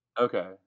Okay